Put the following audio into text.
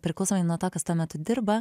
priklausomai nuo to kas tuo metu dirba